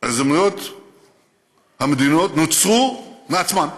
ההזדמנויות נוצרו מעצמן,